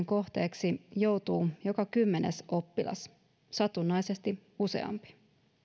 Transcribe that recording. kohteeksi joutuu joka kymmenes oppilas satunnaisesti useampi